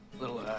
Little